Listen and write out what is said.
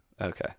Okay